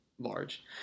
large